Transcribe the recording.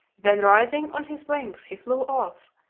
then rising on his wings, he flew off,